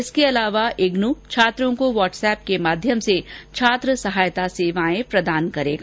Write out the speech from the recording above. इसके अलावा इग्नू छात्रों को व्हाट्सएप के माध्यम से छात्र सहायता सेवाएं प्रदान करेगा